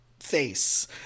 Face